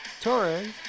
Torres